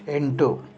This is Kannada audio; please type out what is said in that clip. ಎಂಟು